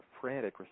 frantic